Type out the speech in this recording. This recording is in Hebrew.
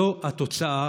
זו התוצאה.